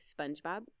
SpongeBob